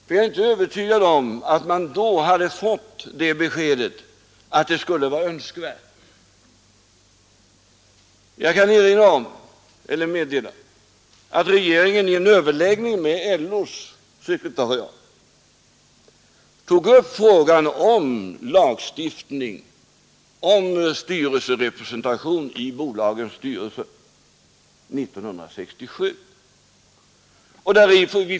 Jag är inte övertygad om att man då hade fått beskedet att det skulle vara önskvärt med en lagstiftning då. Jag kan meddela att regeringen i en överläggning med LO:s sekretariat 1967 tog upp frågan om lagstiftning om styrelserepresentation i bolagens styrelser.